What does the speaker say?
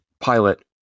pilot